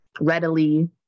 readily